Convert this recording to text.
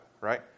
right